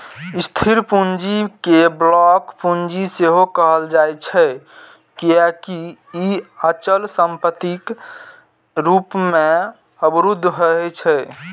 स्थिर पूंजी कें ब्लॉक पूंजी सेहो कहल जाइ छै, कियैकि ई अचल संपत्ति रूप मे अवरुद्ध रहै छै